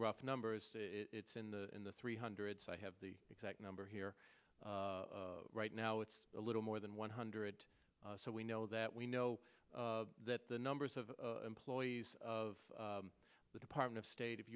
rough numbers it's in the in the three hundred so i have the exact number here right now it's a little more than one hundred so we know that we know that the numbers of employees of the department of state